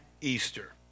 Easter